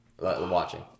watching